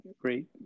great